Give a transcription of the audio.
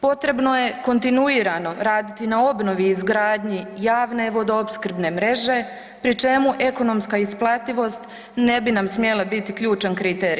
Potrebno je kontinuirano raditi na obnovi i izgradnji javne vodoopskrbne mreže pri čemu ekonomska isplativost ne bi nam smjela biti ključan kriterij.